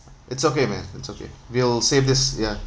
it's okay man it's okay we'll save this ya